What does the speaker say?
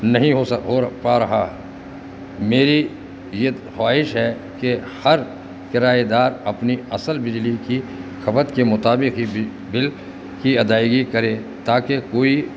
نہیں ہو ہور پا رہا میری یہ خواہش ہے کہ ہر کرایہ دار اپنی اصل بجلی کی کھپت کے مطابق ہی بل کی ادائیگی کرے تاکہ کوئی